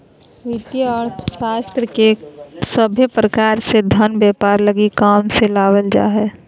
वित्तीय अर्थशास्त्र के सभे प्रकार से धन व्यापार लगी काम मे लावल जा हय